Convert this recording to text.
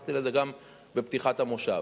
התייחסתי לזה גם בפתיחת המושב.